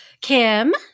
Kim